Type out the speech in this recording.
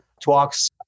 talks